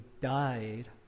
died